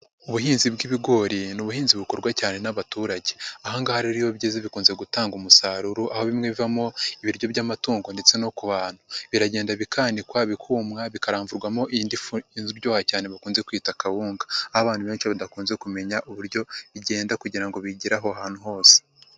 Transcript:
Ubuhinzi bw'ibigori ni ubuhinzi bukorwa cyane n'abaturage, ahangaha rero iyo byeze bikunze gutanga umusaruro aho bimwe bivamo ibiryo by'amatungo ndetse no ku bantu biragenda bikanikwa bikuma bikamvugwamo ifu iryoha cyane bakunze kwita kawunga, aho abantu benshi badakunze kumenya uburyo igenda kugira bigere aho hantu hose.